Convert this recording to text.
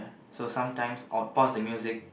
so sometimes I would pause the music